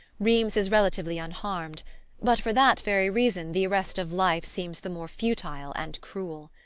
rheims is relatively unharmed but for that very reason the arrest of life seems the more futile and cruel.